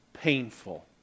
painful